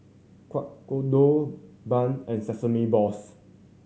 Kueh Kodok bun and sesame balls